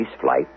flight